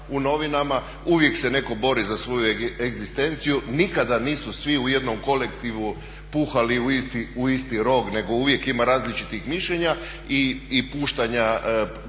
uvijek se neko bori za svoju egzistencija, nikada nisu svi u jednom kolektivu puhali u isti rog, nego uvijek ima različitih mišljenja i puštanja probnih